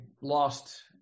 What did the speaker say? lost